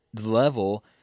level